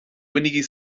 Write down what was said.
bainigí